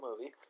movie